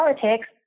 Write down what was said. politics